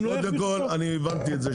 אז קודם כל אני הבנתי את זה,